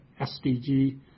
SDG